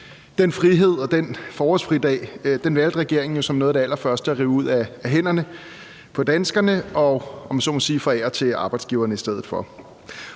den frihed og den forårsfridag valgte regeringen jo som noget af det allerførste at rive ud af hænderne på danskerne og, om man så må sige, forære til arbejdsgiverne i stedet for.